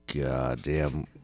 goddamn